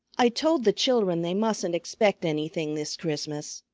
i told the chil'ren they mustn't expect anything this christmas.